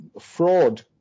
fraud